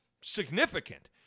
significant